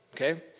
Okay